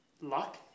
luck